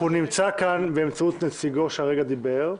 הוא נמצא כאן באמצעות נציגו שהרגע דיבר.